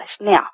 Now